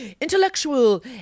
intellectual